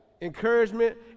Encouragement